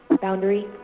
Boundary